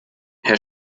herr